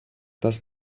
das